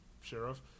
sheriff